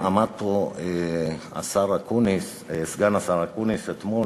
עמד פה סגן השר אקוניס אתמול,